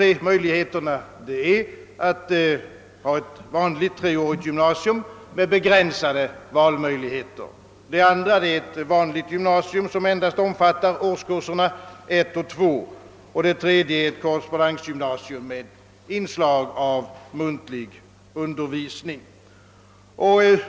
De möjligheterna är 2. ett vanligt gymnasium som endast omfattar årskurserna 1 och 2, 3. ett korrespondensgymnasium med inslag av muntlig undervisning.